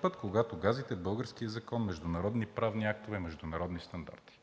път, когато газите българския закон, международни правни актове и международни стандарти.